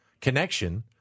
connection